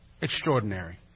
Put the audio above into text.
Extraordinary